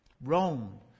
Rome